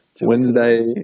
wednesday